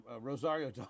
Rosario